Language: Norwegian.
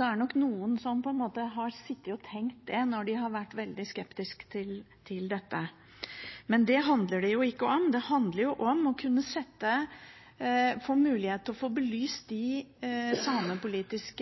Det er nok noen som har tenkt det når de har vært veldig skeptiske til dette. Men det handler det jo ikke om. Det handler om å kunne få mulighet til å få belyst de samepolitisk